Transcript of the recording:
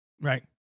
right